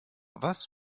was